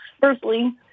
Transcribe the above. firstly